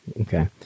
Okay